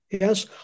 Yes